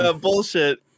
bullshit